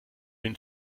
den